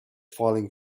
filing